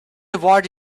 award